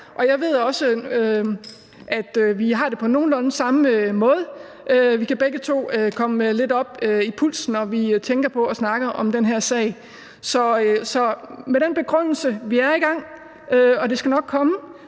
jeg ved også, at vi har det på nogenlunde samme måde. Vi kan begge to komme lidt op i puls, når vi tænker på og snakker om den her sag. Så med den begrundelse, at vi er i gang, og at det nok skal komme,